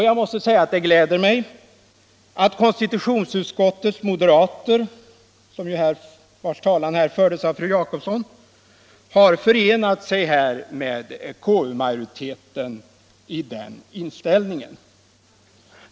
Jag måste säga att det gläder mig att konstitutionsutskottets moderater, vilkas talan här fördes av fru Jacobsson. har samma inställning som konstitutionsutskottets majoritet.